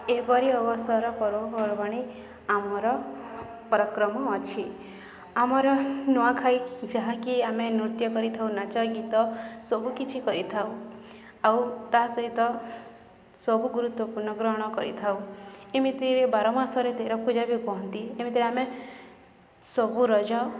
ଏପରି ଅବସର ପର୍ବପର୍ବାଣି ଆମର ପରାକ୍ରମ ଅଛି ଆମର ନୂଆଖାଇ ଯାହାକି ଆମେ ନୃତ୍ୟ କରିଥାଉ ନାଚ ଗୀତ ସବୁକିଛି କରିଥାଉ ଆଉ ତା ସହିତ ସବୁ ଗୁରୁତ୍ୱପୂର୍ଣ୍ଣ ଗ୍ରହଣ କରିଥାଉ ଏମିତିରେ ବାର ମାସରେ ତେର ପୂଜା ବି କୁହନ୍ତି ଏମିତିରେ ଆମେ ସବୁ ରଜ